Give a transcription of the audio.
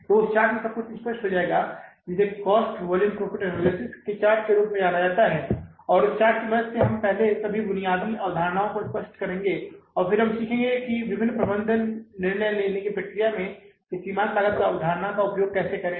तो उस चार्ट में सब कुछ स्पष्ट हो जाएगा जिसे कॉस्ट वॉल्यूम प्रॉफिट एनालिसिस के इस चार्ट के रूप में जाना जाता है और उस चार्ट की मदद से पहले हम सभी बुनियादी अवधारणाओं को स्पष्ट करेंगे और फिर हम सीखेंगे कि विभिन्न प्रबंधन निर्णय लेने की प्रक्रिया में इस सीमांत लागत अवधारणा का उपयोग कैसे करें